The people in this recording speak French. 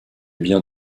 biens